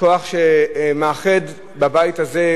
כוח שמאחד בבית הזה,